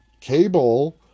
cable